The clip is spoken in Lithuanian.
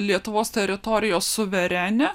lietuvos teritorijos suverene